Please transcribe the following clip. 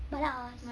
malas